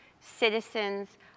citizens